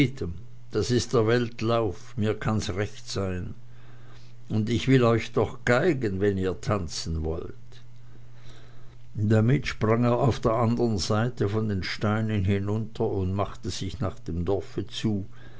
das ist der welt lauf mir kann's recht sein ich will euch doch geigen wenn ihr tanzen wollt damit sprang er auf der anderen seite von den steinen hinunter und machte sich dem dorfe zu